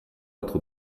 être